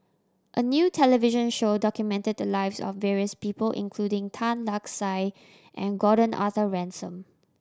a new television show documented the lives of various people including Tan Lark Sye and Gordon Arthur Ransome